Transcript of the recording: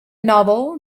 novel